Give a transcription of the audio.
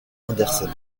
anderson